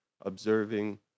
observing